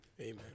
Amen